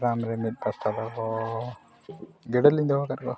farm ᱨᱮ ᱢᱤᱫ ᱯᱟᱥᱴᱟ ᱫᱚᱻ ᱜᱮᱰᱮ ᱞᱤᱧ ᱫᱚᱦᱚ ᱠᱟᱫ ᱠᱚᱣᱟ